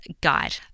guide